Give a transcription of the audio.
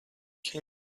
can